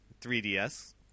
3DS